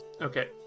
Okay